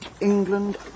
England